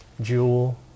Jewel